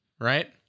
Right